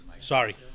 sorry